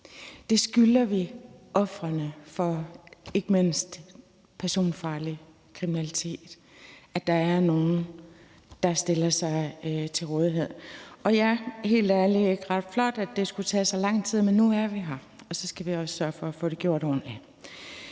Det skylder vi ofrene for ikke mindst personfarlig kriminalitet, altså at der er nogen, der stiller sig til rådighed. Det er helt ærligt ikke ret flot, at det skulle tage så lang tid, men nu er vi her, og så skal vi også sørge for at få det gjort ordentligt.